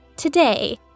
Today